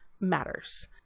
matters